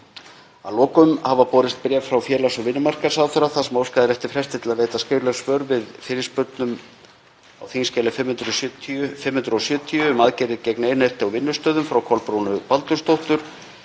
Að lokum hafa borist bréf frá félags- og vinnumarkaðsráðherra þar sem óskað er eftir fresti til að veita skrifleg svör við fyrirspurnum á þskj. 570, um aðgerðir gegn einelti á vinnustöðum, frá Kolbrúnu Baldursdóttur,